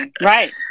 right